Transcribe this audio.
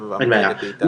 אין בעיה.